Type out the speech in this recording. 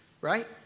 right